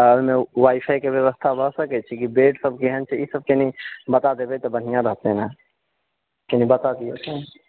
आ एहिमे वाईफाईके व्यवस्था भऽ सकैत छै कि बेडसभ केहन छै ईसभ कनि बता देबय तऽ बढिआँ रहते न कनि बता दिअ तऽ